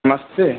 नमस्ते